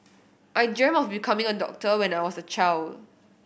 I dreamt of becoming a doctor when I was a child